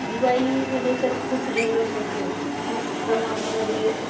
दिवाळीमध्ये तर खूप जल्लोष असतो खूप प्रमाणामध्ये